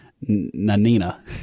Nanina